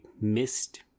missed